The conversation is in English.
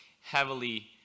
heavily